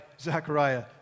Zachariah